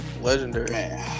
Legendary